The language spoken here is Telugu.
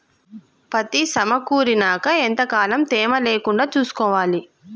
పత్తి సమకూరినాక ఎంత కాలం తేమ లేకుండా చూసుకోవాలి?